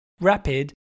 Rapid